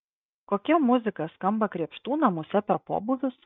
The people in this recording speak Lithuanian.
kokia muzika skamba krėpštų namuose per pobūvius